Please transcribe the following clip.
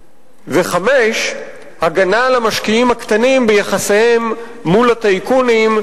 5. הגנה על המשקיעים הקטנים ביחסיהם מול הטייקונים,